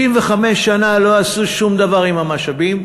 65 שנה לא עשו שום דבר עם המשאבים,